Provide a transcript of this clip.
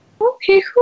okay